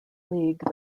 league